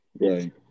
right